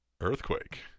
Earthquake